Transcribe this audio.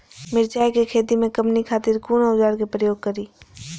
मिरचाई के खेती में कमनी खातिर कुन औजार के प्रयोग करी?